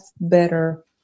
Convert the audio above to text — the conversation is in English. better